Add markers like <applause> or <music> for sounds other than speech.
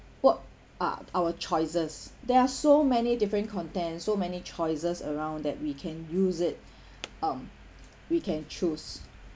what are our choices there are so many different content so many choices around that we can use it <breath> um <noise> we can choose